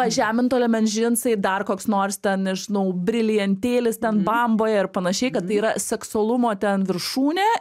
pažeminto liemens džinsai dar koks nors ten nežinau brilijentėlis ten bamboje ir panašiai kad tai yra seksualumo ten viršūnė